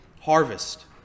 harvest